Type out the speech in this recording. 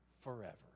forever